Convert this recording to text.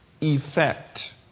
effect